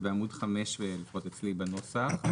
זה בעמוד 5 אצלי בנוסח.